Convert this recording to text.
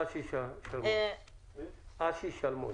אוסיף,